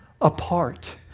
apart